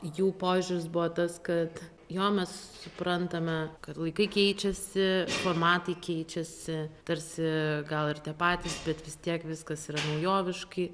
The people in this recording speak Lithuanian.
jų požiūris buvo tas kad jo mes suprantame kad laikai keičiasi formatai keičiasi tarsi gal ir patys bet vis tiek viskas yra naujoviškai